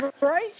Right